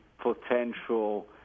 potential